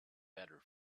better